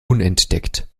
unentdeckt